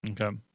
Okay